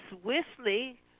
swiftly